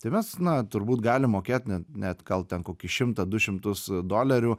tai mes na turbūt galim mokėt net net gal ten kokį šimtą du šimtus dolerių